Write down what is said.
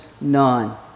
none